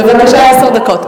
בבקשה, עשר דקות.